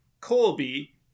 colby